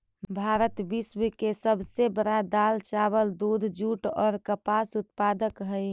भारत विश्व के सब से बड़ा दाल, चावल, दूध, जुट और कपास उत्पादक हई